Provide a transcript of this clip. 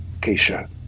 Keisha